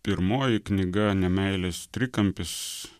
pirmoji knyga nemeilės trikampis